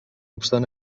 obstant